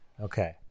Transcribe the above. okay